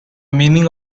meaning